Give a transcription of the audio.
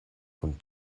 kun